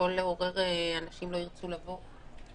אנשים לא ירצו לבוא.